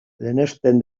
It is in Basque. lehenesten